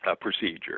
procedure